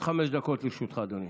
עד חמש דקות לרשותך, אדוני.